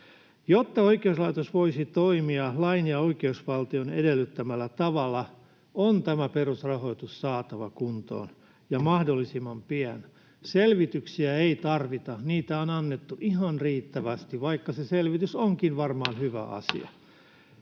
Jotta oikeuslaitos voisi toimia lain ja oikeusvaltion edellyttämällä tavalla, on tämä perusrahoitus saatava kuntoon ja mahdollisimman pian. Selvityksiä ei tarvita. Niitä on annettu ihan riittävästi, vaikka selvitys onkin varmaan hyvä asia.